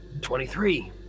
Twenty-three